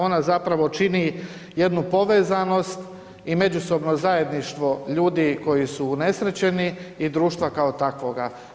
Ona zapravo čini jednu povezanost i međusobno zajedništvo ljudi koji su unesrećeni i društva kao takvoga.